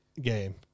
game